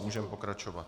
Můžeme pokračovat.